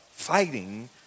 fighting